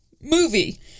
movie